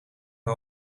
een